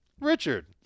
Richard